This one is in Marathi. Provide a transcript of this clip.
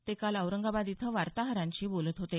ते काल औरंगाबाद इथं वार्ताहरांशी बोलत होते